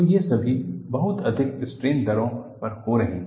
तो ये सभी बहुत अधिक स्ट्रेन दरों पर हो रहे हैं